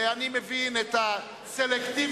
אני מבין את הסלקטיביות.